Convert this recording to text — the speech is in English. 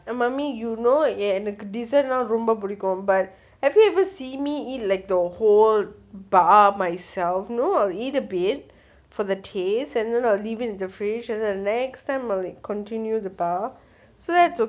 mummy you know எனக்கு:enakku dessert னா ரொம்ப பிடிக்கும்:naa romba pidikkum but have you ever see me eat like the whole bar myself no I will eat a bit for the taste and then I will leave it in the fridge and then the next time I'll continue the bar so that is